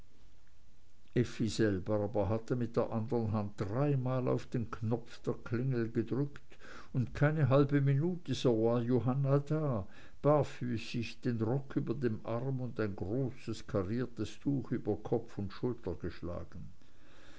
aber hatte mit der anderen hand dreimal auf den knopf der klingel gedrückt und keine halbe minute so war johanna da barfüßig den rock über dem arm und ein großes kariertes tuch über kopf und schulter geschlagen